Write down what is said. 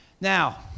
Now